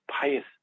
pious